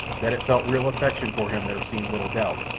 that it felt real affection for him there seemed little doubt,